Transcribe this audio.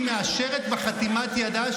מספיק עם הצביעות הזו,